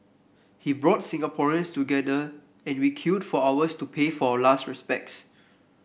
he brought Singaporeans together and we queued for hours to pay our last respects